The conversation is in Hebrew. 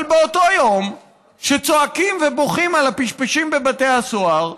אבל באותו יום שצועקים ובוכים על הפשפשים בבתי הסוהר,